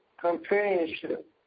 companionship